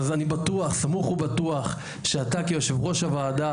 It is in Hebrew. אז אני סמוך ובטוח שאתה כיושב-ראש הוועדה,